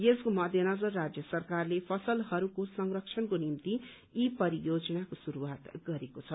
यसको मध्य नजर राज्य सरकारले फसलहरूको संरक्षणको निम्ति यी परियोजनाको शुरूआत गरेको छ